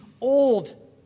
old